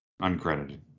Uncredited